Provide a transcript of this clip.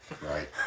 right